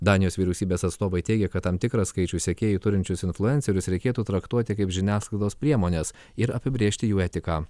danijos vyriausybės atstovai teigia kad tam tikrą skaičių sekėjų turinčius influencerius reikėtų traktuoti kaip žiniasklaidos priemones ir apibrėžti jų etiką